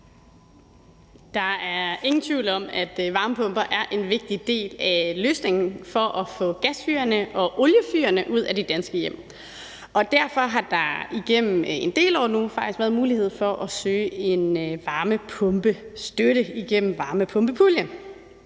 Der er ingen tvivl om, at varmepumper er en vigtig del af løsningen for at få gasfyrene og oliefyrene ud af de danske hjem. Derfor har der igennem en del år nu faktisk været mulighed for at søge varmepumpestøtte igennem varmepumpepuljen.